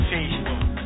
Facebook